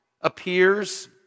appears